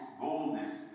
boldness